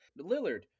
Lillard